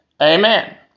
Amen